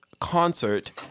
concert